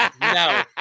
No